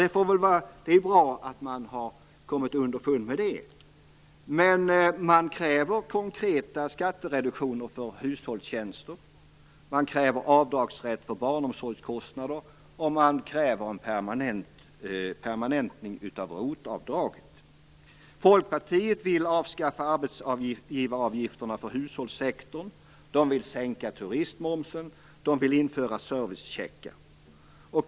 Det är bra att man har kommit underfund med det, men man kräver konkreta skattereduktioner för hushållstjänser, avdragsrätt för barnomsorgskostnader och en permanentning av ROT-avdraget. Folkpartiet vill avskaffa arbetsgivaravgifterna för hushållssektorn, sänka turistmomsen och införa servicecheckar.